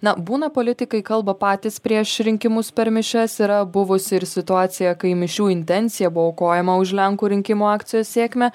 na būna politikai kalba patys prieš rinkimus per mišias yra buvusi ir situacija kai mišių intencija buvo aukojama už lenkų rinkimų akcijos sėkmę